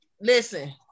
Listen